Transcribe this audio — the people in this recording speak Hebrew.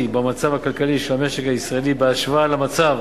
במצב הכלכלי של המשק הישראלי בהשוואה למצב